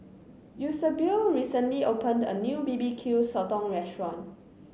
Eusebio recently opened a new B B Q Sotong restaurant